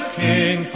king